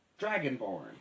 dragonborn